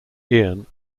ian